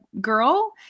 girl